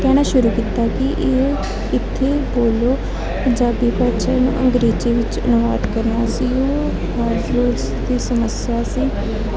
ਕਹਿਣਾ ਸ਼ੁਰੂ ਕੀਤਾ ਕਿ ਇਹ ਇੱਥੇ ਬੋਲੋ ਪੰਜਾਬੀ ਭਾਸ਼ਾ ਨੂੰ ਅੰਗਰੇਜ਼ੀ ਵਿੱਚ ਅਨੁਵਾਦ ਕਰਨਾ ਸੀ ਉਹ ਪਰ ਜੋ ਉਸ ਦੀ ਸਮੱਸਿਆ ਸੀ